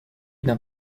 d’un